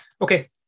Okay